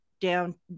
down